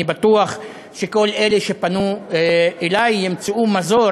אני בטוח שכל אלה שפנו אלי ימצאו מזור